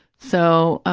so,